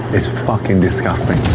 is fucking disgusting.